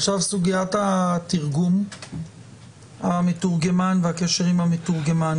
סוגיית התרגום המתורגמן והקשר עם המתורגמן.